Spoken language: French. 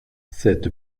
cette